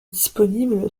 disponible